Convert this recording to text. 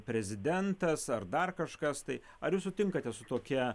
prezidentas ar dar kažkas tai ar jūs sutinkate su tokia